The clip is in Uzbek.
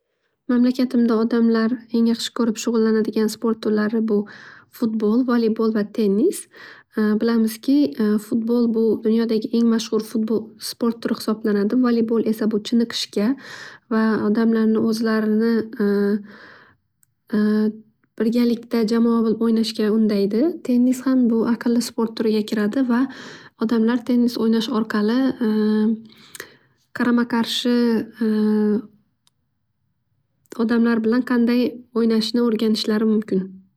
Mamlakatimda odamlar eng yaxshi ko'rib shug'ullanadigan sport turi bu futbol voleybol va tennis. Bilamizki futbol bu dunyodagi eng mashhur futbol sport turi hisoblanadi. Voleybol esa bu chiniqishga va odamlarni o'zlarini birgalikda jamoa bo'lib o'ynashga undaydi. Tennis ham bu aqlli sport turiga kiradi va odamlar tennis o'ynash orqali qarama qarshi odamlar bilan qanday o'ynashni o'rganishlari mumkin.